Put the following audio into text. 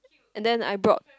and then I brought